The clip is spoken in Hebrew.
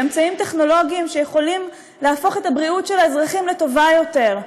באמצעים טכנולוגיים שיכולים להפוך את הבריאות של האזרחים לטובה יותר,